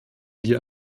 wir